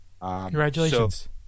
congratulations